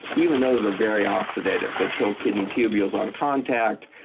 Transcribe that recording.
even those are very oxidative. they kill kidney tubules on contact.